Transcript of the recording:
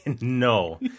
No